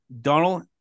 Donald